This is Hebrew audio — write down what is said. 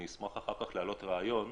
אני אשמח להעלות רעיון,